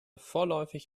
vorläufig